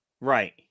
Right